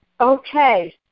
Okay